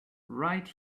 right